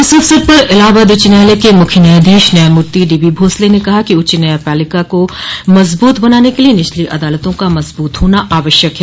इस अवसर पर इलाहाबाद उच्च न्यायालय के मुख्य न्यायाधीश न्यायमूर्ति डीबी भोंसले ने कहा कि उच्च न्यायपालिका को मजबूत बनाने के लिए निचली अदालतों का मजबूत होना आवश्यक है